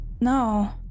No